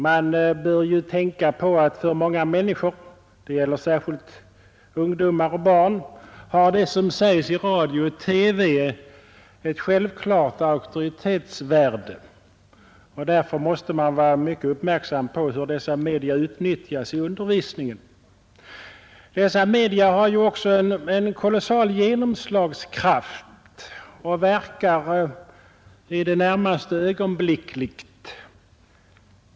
Man bör också tänka på att för många människor — det gäller särskilt ungdomar och barn — har det som sägs i radio och TV ett självklart auktoritetsvärde. Därför måste man vara mycket uppmärksam på hur dessa medier utnyttjas i undervisningen. De har ju också en kolossal genomslagskraft och verkar i det närmaste ögonblickligt.